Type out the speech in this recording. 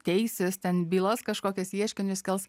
teisis ten bylas kažkokias ieškinius kels